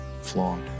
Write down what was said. flawed